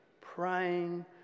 praying